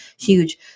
huge